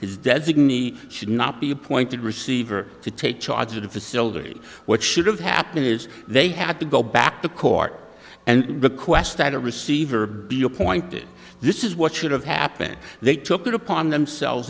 is designee should not be appointed receiver to take charge of the facility what should happen is they had to go back to court and request that a receiver be appointed this is what should have happened they took it upon themselves